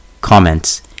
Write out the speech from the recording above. Comments